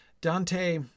Dante